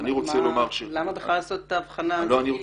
למה בכלל לעשות את האבחנה הזו.